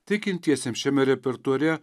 tikintiesiems šiame repertuare